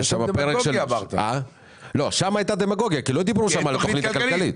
שם הייתה דמגוגיה כי לא דיברו שם על התכנית הכלכלית.